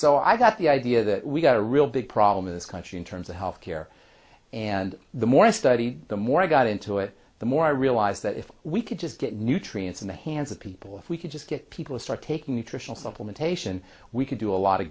so i got the idea that we've got a real big problem in this country in terms of health care and the more i study the more i got into it the more i realized that if we could just get nutrients in the hands of people if we could just get people to start taking nutritional supplement ation we could do a lot of